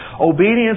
Obedience